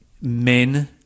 men